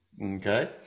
Okay